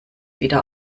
wieder